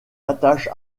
attache